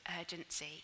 urgency